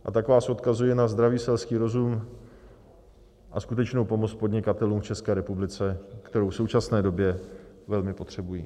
A tak vás odkazuji na zdravý selský rozum a skutečnou pomoc podnikatelům v České republice, kterou v současné době velmi potřebují.